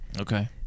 Okay